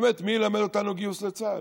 באמת, מי ילמד אותנו גיוס לצה"ל?